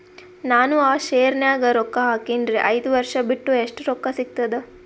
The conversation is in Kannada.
ನಾನು ಆ ಶೇರ ನ್ಯಾಗ ರೊಕ್ಕ ಹಾಕಿನ್ರಿ, ಐದ ವರ್ಷ ಬಿಟ್ಟು ಎಷ್ಟ ರೊಕ್ಕ ಸಿಗ್ತದ?